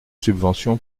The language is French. subventions